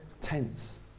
tense